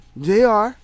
JR